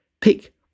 pick